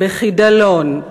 בחידלון,